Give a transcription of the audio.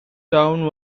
town